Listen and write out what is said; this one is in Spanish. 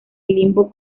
limbo